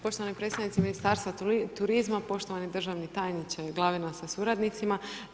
Poštovani predsjednici Ministarstva turizma, poštovani državni tajniče Glavina sa suradnicima.